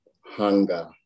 hunger